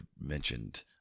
mentioned